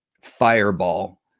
fireball